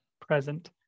present